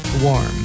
warm